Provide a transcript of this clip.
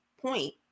point